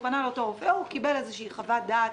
הוא פנה לאותו רופא וקיבל ממנו חוות דעת.